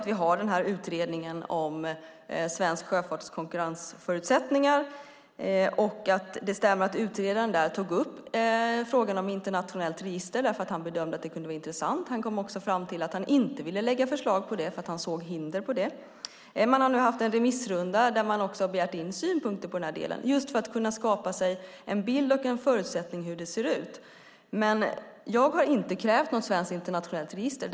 Vi har nu den här utredningen om svensk sjöfarts konkurrensförutsättningar. Det stämmer att utredaren tog upp frågan om internationellt register. Han bedömde att det kunde vara intressant. Han kom också fram till att han inte ville lägga fram förslag om det, för han såg hinder för det. Man har nu haft en remissrunda där man också har begärt in synpunkter i den här delen, just för att kunna skapa sig en bild av hur det ser ut. Men jag har inte krävt något svenskt internationellt register.